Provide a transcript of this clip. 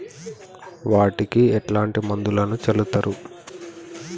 వాటికి ఎట్లాంటి మందులను చల్లుతరు?